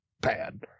bad